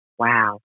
Wow